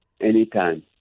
Anytime